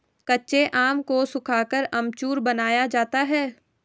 कच्चे आम को सुखाकर अमचूर बनाया जाता है